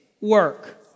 work